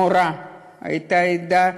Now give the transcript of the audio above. מורה הייתה עדה,